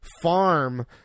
farm